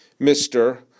Mr